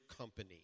Company